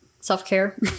Self-care